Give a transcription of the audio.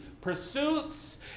pursuits